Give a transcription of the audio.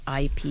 IP